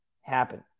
happen